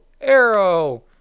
arrow